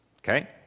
Okay